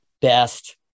best